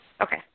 Okay